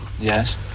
Yes